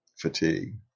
fatigue